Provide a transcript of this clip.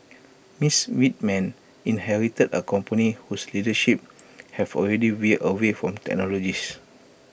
miss Whitman inherited A company whose leadership have already veered away from technologists